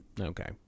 Okay